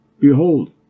Behold